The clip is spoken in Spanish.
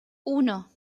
uno